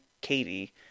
Katie